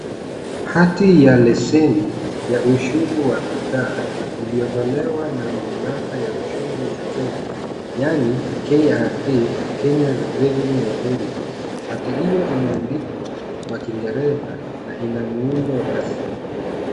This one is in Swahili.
Hati ya leseni ya ushuru wa bidhaa iliyotolewa na mamlaka ya ushuru ya Kenya yaani KRA (Kenya Revenue Authority) . Hati hiyo imeandikwa kwa kingereza na ina muundo rasmi.